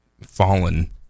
fallen